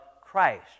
Christ